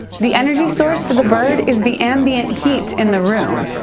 the energy source for the bird is the ambient heat in the room.